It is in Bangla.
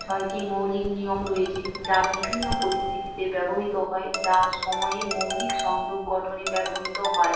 ছয়টি মৌলিক নিয়ম রয়েছে যা বিভিন্ন পরিস্থিতিতে ব্যবহৃত হয় যা সময়ে মৌলিক সংযোগ গঠনে ব্যবহৃত হয়